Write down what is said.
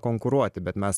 konkuruoti bet mes